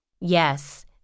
Yes